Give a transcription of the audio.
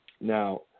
Now